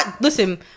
Listen